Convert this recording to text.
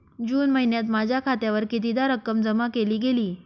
जून महिन्यात माझ्या खात्यावर कितीदा रक्कम जमा केली गेली?